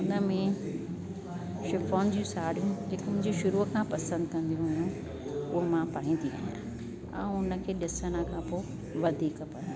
हुनमें शिफोन जूं साड़ियूं जेकी मुंहिंजी शुरुअ खां पसंदि कंदी आहिनि उहो मां पाईंदी आहियां ऐं उन खे ॾिसण खां पोइ वधीक